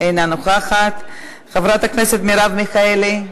אינה נוכחת, חברת הכנסת מרב מיכאלי,